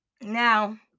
Now